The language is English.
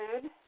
food